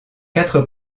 quatre